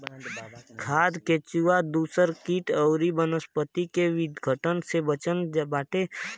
खाद केचुआ दूसर किट अउरी वनस्पति के विघटन से बनत बाटे